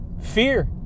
fear